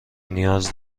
نیاز